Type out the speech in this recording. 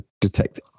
detect